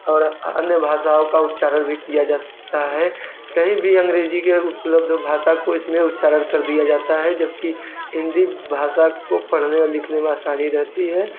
और अन्य भाषाओं का उच्चारण भी किया जा सकता है कहीं भी अंग्रेजी के और उपलब्ध भाषा को इसमें उच्चारण कर दिया जाता है जबकि हिंदी भाषा को पढ़ने और लिखने में आसानी रहती है